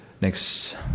Next